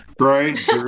Right